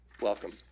Welcome